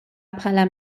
bħala